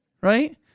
Right